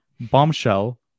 bombshell